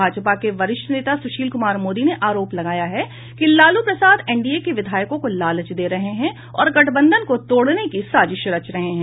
भाजपा के वरिष्ठ नेता सुशील कुमार मोदी ने आरोप लगाया है कि लालू प्रसाद एनडीए के विधायकों को लालच दे रहे हैं और गठबंधन को तोड़ने की साजिश रच रहे हैं